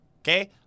Okay